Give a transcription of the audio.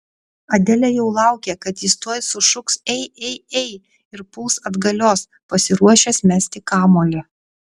adelė jau laukė kad jis tuoj sušuks ei ei ei ir puls atgalios pasiruošęs mesti kamuolį